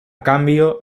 cambio